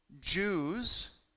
Jews